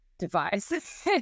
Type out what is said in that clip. device